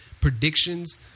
predictions